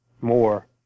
more